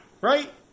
right